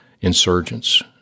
insurgents